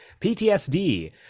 ptsd